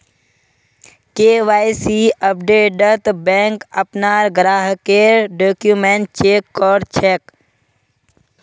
KYC अपडेटत bank अपनार ग्राहकेर डॉक्यूमेंट चेक कर छेक